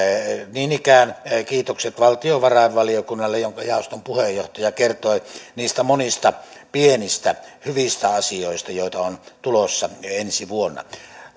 niin ikään kiitokset valtiovarainvaliokunnalle jonka jaoston puheenjohtaja kertoi niistä monista pienistä hyvistä asioista joita on tulossa jo ensi vuonna